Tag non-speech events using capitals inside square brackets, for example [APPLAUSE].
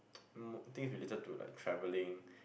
[NOISE] um I think if related to like travelling